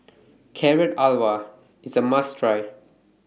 Carrot Halwa IS A must Try